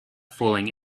fooling